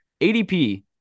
ADP